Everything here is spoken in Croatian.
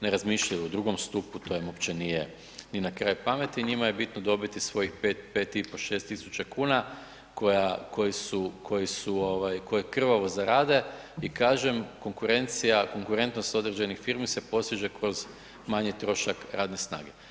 Ne razmišljaju o drugom stupu, to im uopće nije ni na kraj pameti, njima je bitno dobiti 5, 5 i pol, 6 tisuća kuna koji su, koje krvavo zarade i kažem, konkurencija, konkurentnost određenih firmi se postiže kroz manji trošak radne snage.